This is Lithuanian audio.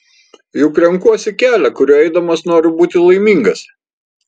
juk renkuosi kelią kuriuo eidamas noriu būti laimingas